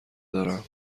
دارم